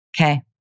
Okay